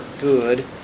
good